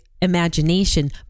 imagination